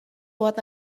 what